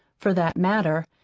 for that matter,